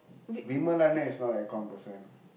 Vimal அண்ணன் is not a aircon person